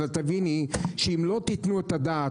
אבל תביני שאם לא תתנו את הדעת,